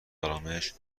ارامش